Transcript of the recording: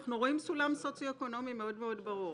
אנחנו רואים סולם סוציו-אקונומי מאוד-מאוד ברור.